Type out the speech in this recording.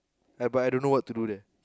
I but I don't know what to do there